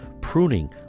pruning